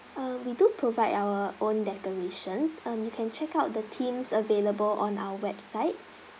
um we do provide our own decorations um you can check out the themes available on our website